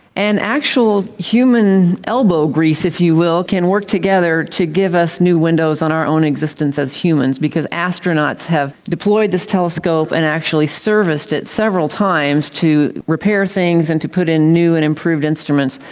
and actual human elbow grease, if you will, can work together to give us new windows on our own existence as humans because astronauts have deployed this telescope and actually serviced it several times to repair things and to put in new and improved instruments.